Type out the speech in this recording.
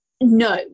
No